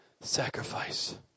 sacrifice